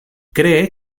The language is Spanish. cree